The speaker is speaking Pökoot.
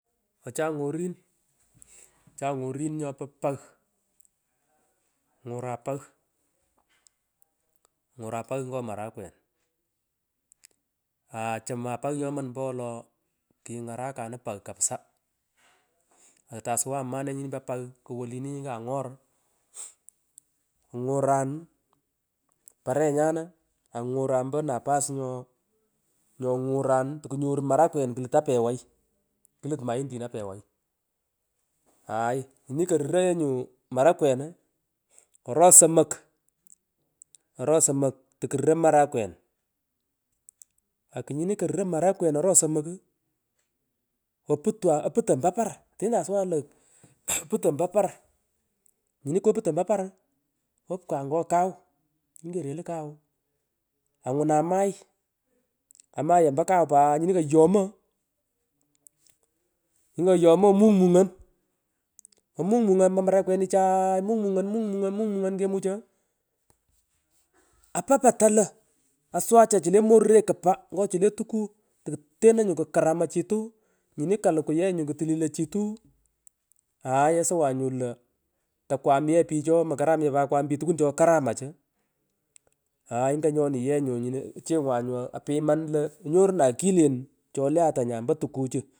Ochan ngorin ochan ngorin iochan ngorin chopo pang ingalan pich ngoran pang ngututa ngilan nyoran pang ngo marakwen ioa thoman pang ngoman ompowolo kingarakanu pang kapsa, atoasuwqn mane nyini po pang nyini kangor, ngoran parenyanu anyoran ompo napas nyo nyongoran takenyoru marakwen apeway kluku maindin apeway aay nyini koruro nyu mara kwenu ono somok iono somok tokuraro marakwen akunyini koruro marakwen oro somok oputwan oputon mpo. par teno asuwaan io aputon mpo par puton mpo par nyini koputon mpo par oiyekan mpaka kaw nyini karelu kaw anguna amy amayan ompo kaw paat nyini koyomo ninyi koyomo omungmungon tomucho asachsachan chule morure kpa nyochule tuku tokuteno nyu kukaramachitu nyini kaluku yenyu kutulilochitu aay asowanyu io takwam yee pich makamnye pat kwam pich tukun chokaramachu aay nganyoniyenyu nyino ochengwan nyu apiman io onyurunan kilrn chole ata nya ompo tukuchu.